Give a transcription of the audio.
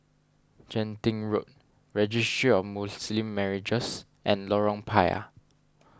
Genting Road Registry of Muslim Marriages and Lorong Payah